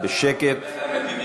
יואל,